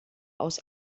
aus